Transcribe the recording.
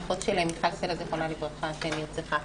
היא האחות של מיכל סלה, זיכרונה לברכה, שנרצחה.